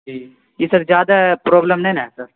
جی یہ سر زیادہ پروبلم نہیں ہے نا سر